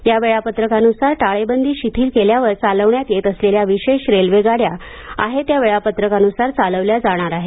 या वेळापत्रकानुसार टाळेबंदी शिथिल केल्यावर चालवण्यात येत असलेल्या विशेष रेल्वे गाड्या आहे त्या वेळापत्रकानुसार चालवल्या जाणार आहेत